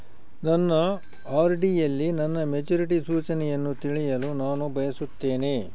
ನನ್ನ ಆರ್.ಡಿ ಯಲ್ಲಿ ನನ್ನ ಮೆಚುರಿಟಿ ಸೂಚನೆಯನ್ನು ತಿಳಿಯಲು ನಾನು ಬಯಸುತ್ತೇನೆ